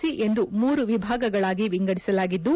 C ಎಂದು ಮೂರು ವಿಭಾಗಗಳಾಗಿ ವಿಂಗಡಿಸಲಾಗಿದ್ದು